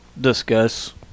discuss